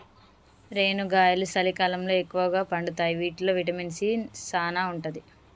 రేనుగాయలు సలికాలంలో ఎక్కుగా పండుతాయి వీటిల్లో విటమిన్ సీ సానా ఉంటది